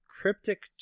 cryptic